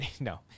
No